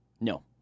No